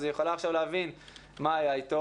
אז היא יכולה עכשיו להבין מה היה איתו,